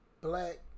Black